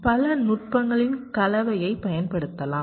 எனவே நாம் பல நுட்பங்களின் கலவையைப் பயன்படுத்தலாம்